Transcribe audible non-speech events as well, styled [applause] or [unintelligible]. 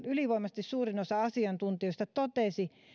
[unintelligible] ylivoimaisesti suurin osa asiantuntijoista totesi